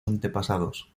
antepasados